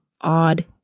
odd